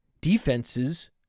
defenses